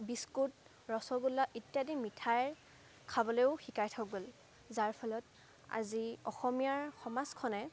biscuit rasgulla ইত্যাদি মিঠাই খাবলেও শিকাই থৈ গ'ল যাৰ ফলত আজি অসমীয়াৰ সমাজখনে